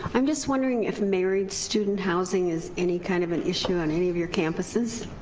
i'm just wondering if married student housing is any kind of an issue on any of your campuses.